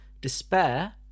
Despair